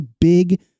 big